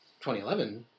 2011